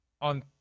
on